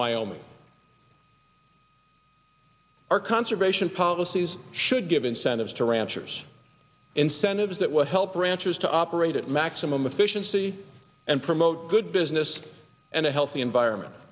wyoming our conservation policies should give incentives to ranchers incentives that will help ranchers to operate at maximum efficiency and promote good business and a healthy environment